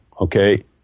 okay